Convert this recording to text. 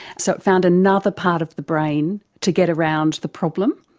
so it found another part of the brain to get around the problem.